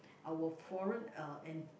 our foreign uh and